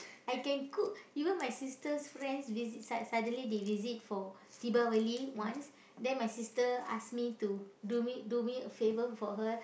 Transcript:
I can cook even my sister's friend visit sudden suddenly they visit for Deepavali once then my sister ask me to do me do me a favour for her